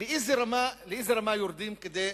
לאיזו רמה יורדים כדי